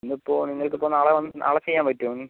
ഇന്ന് ഇപ്പോൾ നിങ്ങൾക്ക് ഇപ്പോൾ നാളെ വന്ന് നാളെ ചെയ്യാൻ പറ്റുമോ ഇനി